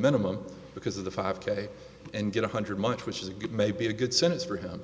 minimum because of the five k and get one hundred much which is a good maybe a good sentence for him